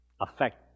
affect